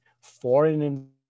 foreign